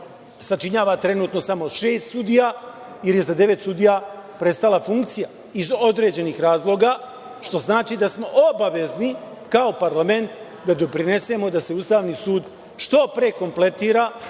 sačinjava trenutno samo šest sudija jer je za devet sudija prestala funkcija iz određenih razloga, što znači da smo obavezni kao parlament da doprinesemo da se Ustavni sud što pre kompletira